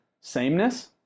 sameness